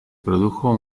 produjo